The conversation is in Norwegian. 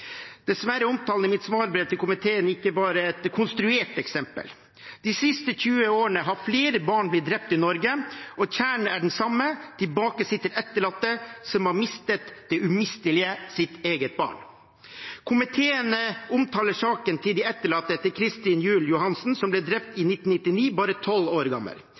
Dessverre omtaler departementets svarbrev til komiteen ikke bare et konstruert eksempel. De siste 20 årene har flere barn blitt drept i Norge, og kjernen er den samme: Tilbake sitter etterlatte som har mistet det umistelige, sitt eget barn. Komiteen omtaler saken til de etterlatte etter Kristin Juel Johannessen, som ble drept i 1999, bare tolv år gammel.